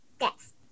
Yes